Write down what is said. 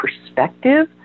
perspective